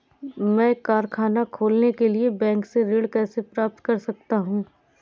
मैं कारखाना खोलने के लिए बैंक से ऋण कैसे प्राप्त कर सकता हूँ?